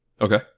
Okay